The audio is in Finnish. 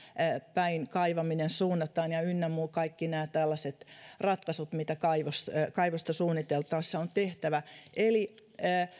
mistäpäin kaivaminen suunnataan ynnä muuta kaikki nämä tällaiset ratkaisut mitä kaivosta suunniteltaessa on tehtävä eli